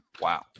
Wow